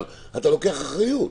אבל אתה לוקח אחריות.